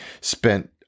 spent